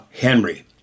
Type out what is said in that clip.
Henry